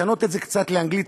לשנות את זה קצת לאנגלית,